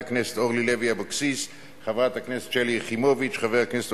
שולחן הכנסת כללה הוראות שונות לתיקון החוק האמור.